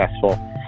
successful